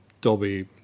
Dolby